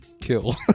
kill